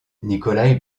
nikolaï